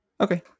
Okay